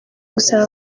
gusaba